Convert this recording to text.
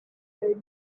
third